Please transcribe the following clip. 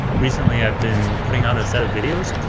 recently i've been putting out a set of videos,